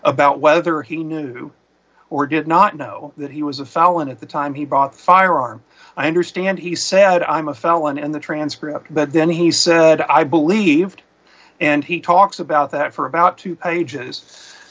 about whether he knew or did not know that he was a fallen at the time he bought firearm i understand he said i'm a felon in the transcript but then he said i believed and he talks about that for about two pages